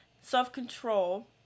Self-control